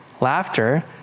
laughter